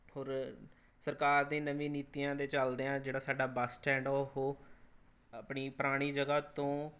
ਹੋਰ ਸਰਕਾਰ ਦੇ ਨਵੀ ਨੀਤੀਆਂ ਦੇ ਚੱਲਦਿਆਂ ਜਿਹੜਾ ਸਾਡਾ ਬੱਸ ਸਟੈਂਡ ਉਹ ਆਪਣੀ ਪੁਰਾਣੀ ਜਗ੍ਹਾ ਤੋਂ